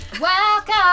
welcome